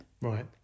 Right